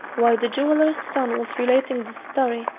while the jeweller's son was relating this story,